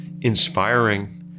inspiring